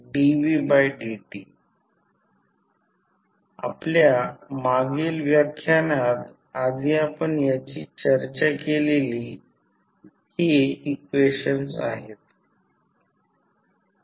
vLLdidt iCCdvdt आपल्या मागील व्याख्यानात आधी आपण याची चर्चा केलेली ही इक्वेशने आहेत